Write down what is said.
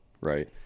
right